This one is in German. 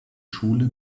schule